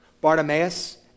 Bartimaeus